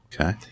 Okay